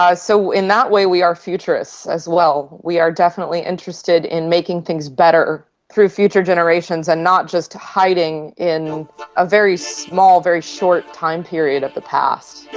so, in that way we are futurists as well we are definitely interested in making things better through future generations and not just hiding in a very small, very short time period of the past.